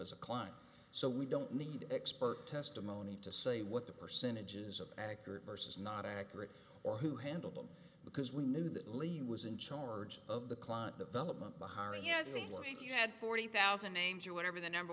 as a client so we don't need expert testimony to say what the percentages of accurate versus not accurate or who handled them because we knew that levy was in charge of the client that the bihari you had forty thousand names or whatever the number